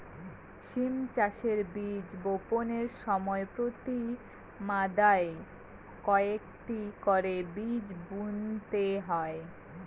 সিম চাষে বীজ বপনের সময় প্রতি মাদায় কয়টি করে বীজ বুনতে হয়?